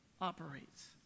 operates